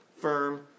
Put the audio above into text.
firm